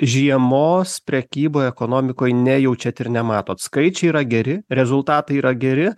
žiemos prekyboje ekonomikoj nejaučiat ir nematot skaičiai yra geri rezultatai yra geri